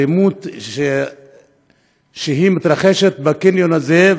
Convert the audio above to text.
האלימות שמתרחשת בקניון הזה,